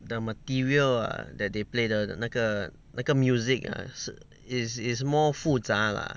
the material ah that they play the 那个那个 music ah 是 is is more 复杂 lah